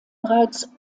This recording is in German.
bereits